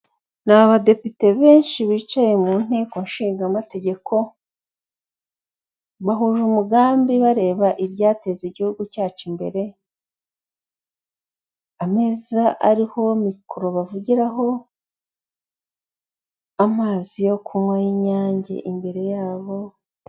Ni abadepite benshi bicaye mu nteko nshingamategeko, bahuje umugambi, bareba ibyateza igihugu cyacu imbere, ameza ariho mikoro bavugiraho, amazi yo kunywa y'inyange imbere yabo.